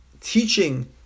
teaching